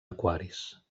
aquaris